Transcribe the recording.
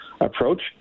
approach